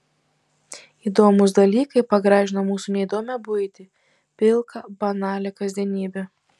įdomūs dalykai pagražina mūsų neįdomią buitį pilką banalią kasdienybę